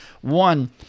One